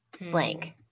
blank